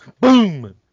boom